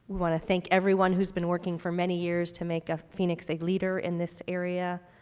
want to thank everyone who has been working for many years to make ah phoenix a leader in this area,